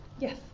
Yes